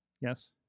Yes